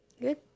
Good